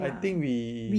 I think we